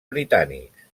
britànics